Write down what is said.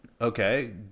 Okay